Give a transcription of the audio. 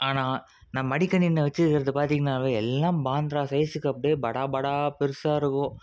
ஆனால் நான் மடிக்கணினியா வச்சிருக்கிறது பார்த்திங்கன்னாவே எல்லா பாந்த்ரா சைஸுக்கு அப்படியே படா படா பெருசாக இருக்கும்